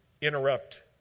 interrupt